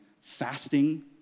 fasting